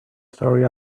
story